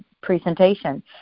presentation